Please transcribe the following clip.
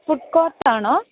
food കോർട്ടാണോ